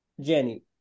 Jenny